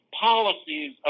policies